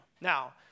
Now